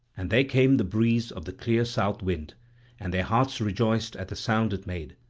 and there came the breeze of the clear south wind and their hearts rejoiced at the sound it made.